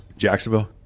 Jacksonville